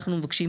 אנחנו מבקשים,